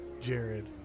Jared